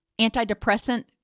antidepressant